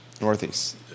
Northeast